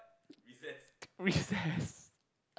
recess